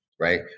right